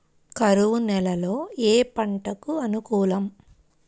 కరువు నేలలో ఏ పంటకు అనుకూలం?